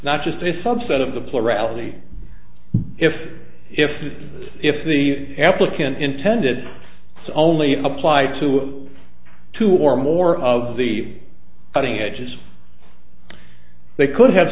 not just a subset of the plurality if if if the applicant intended only applied to two or more of the cutting edges they could have